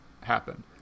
happen